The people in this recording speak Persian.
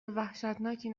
وحشتناکی